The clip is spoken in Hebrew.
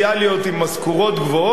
סוציאליים, עם משכורות גבוהות,